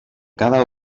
cada